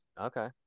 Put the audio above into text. Okay